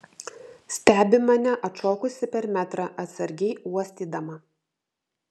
stebi mane atšokusi per metrą atsargiai uostydama